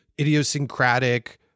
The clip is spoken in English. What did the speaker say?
idiosyncratic